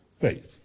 Faith